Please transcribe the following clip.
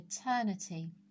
eternity